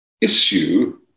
issue